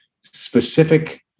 specific